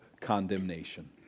condemnation